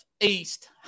East